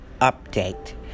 update